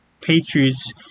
Patriots